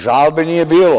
Žalbe nije bilo.